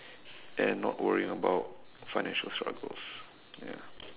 and not worrying about financial struggles ya